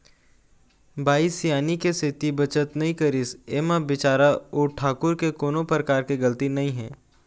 बाई सियानी के सेती बचत नइ करिस ऐमा बिचारा ओ ठाकूर के कोनो परकार के गलती नइ हे